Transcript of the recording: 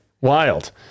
Wild